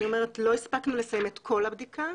לא הספקנו לסיים את כל הבדיקה,